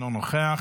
אינו נוכח,